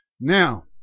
Now